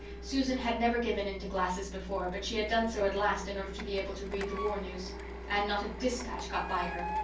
susan had never given in to glasses before, but she had done so at last in order to be able to read the war news and not a dispatch got by her.